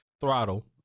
throttle